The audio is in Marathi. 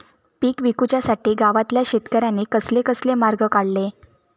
पीक विकुच्यासाठी गावातल्या शेतकऱ्यांनी कसले कसले मार्ग काढले?